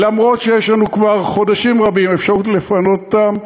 אף שיש לנו כבר חודשים רבים אפשרות לפנות אותם,